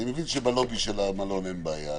אני מבין שבלובי של המלון לכאורה אין בעיה.